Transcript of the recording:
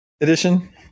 edition